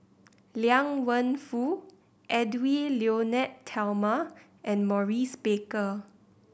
Liang Wenfu Edwy Lyonet Talma and Maurice Baker